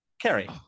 Carrie